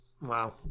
Wow